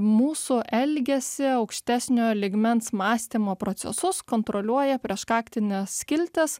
mūsų elgesį aukštesnio lygmens mąstymo procesus kontroliuoja prieš kaktinės skilties